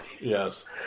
Yes